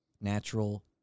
natural